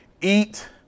eat